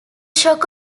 shock